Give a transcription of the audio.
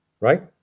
right